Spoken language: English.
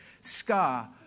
Scar